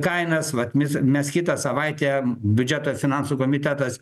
kainas vat mis mes kitą savaitę biudžeto ir finansų komitetas